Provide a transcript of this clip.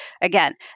Again